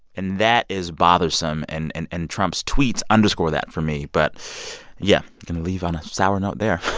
and that is bothersome. and and and trump's tweets underscore that for me. but yeah going to leave on a sour note there